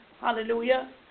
hallelujah